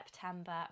September